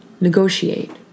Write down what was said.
Negotiate